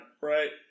Right